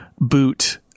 boot